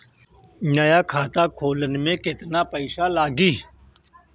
नया खाता खोले मे केतना पईसा लागि?